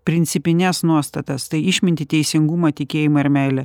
principines nuostatas tai išmintį teisingumą tikėjimą ir meilę